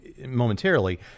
momentarily